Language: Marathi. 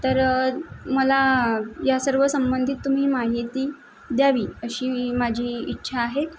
तर मला या सर्व संबंधित तुम्ही माहिती द्यावी अशी माझी इच्छा आहे